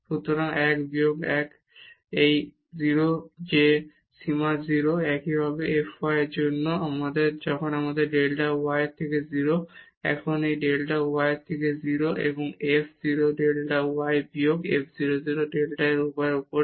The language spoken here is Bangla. সুতরাং 1 বিয়োগ 1 এই 0 যে সীমা 0 একইভাবে f y এর জন্য যখন আমাদের ডেল্টা y থেকে 0 এখন এটি ডেল্টা y থেকে 0 এবং f 0 ডেল্টা y বিয়োগ f 0 0 ডেল্টা y এর উপরে